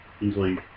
easily